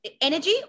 energy